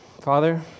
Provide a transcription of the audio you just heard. Father